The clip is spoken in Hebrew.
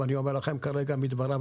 ואני אומר לכם כרגע מדבריו,